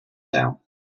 down